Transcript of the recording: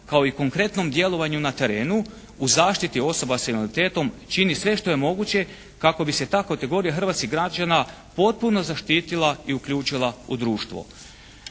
kao i konkretnom djelovanju na terenu u zaštiti osoba s invaliditetom čini sve što je moguće kako bi se ta kategorija hrvatskih građana potpuno zaštitila i uključila u društvo.